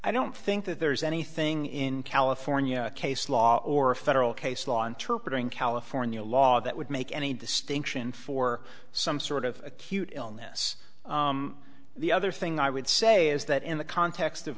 i don't think that there is anything in california case law or a federal case law interpreted in california law that would make any distinction for some sort of acute illness the other thing i would say is that in the context of